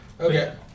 Okay